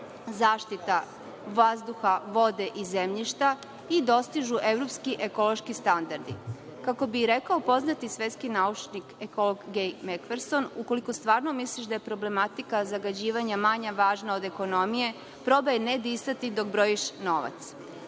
zaštita vazduha, vode i zemljišta i dostižu evropski ekološki standardi. Kako bi rekao poznati svetski naučnik, ekolog, Gej Mekfirson – ukoliko stvarno misliš da je problematika zagađivanja manje važna od ekonomije, probaj ne disati dok brojiš novac. Zbog